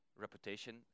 reputation